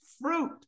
fruit